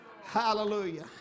Hallelujah